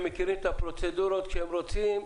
הם מכירים את הפרוצדורות כשהם רוצים.